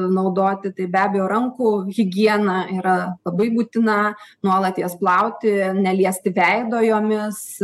naudoti tai be abejo rankų higiena yra labai būtina nuolat jas plauti neliesti veido jomis